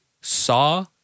saw